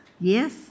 Yes